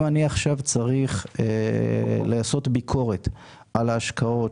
אם אני צריך לעשות ביקורת על ההשקעות